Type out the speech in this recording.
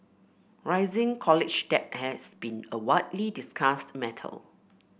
rising college debt has been a widely discussed matter